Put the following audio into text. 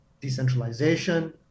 decentralization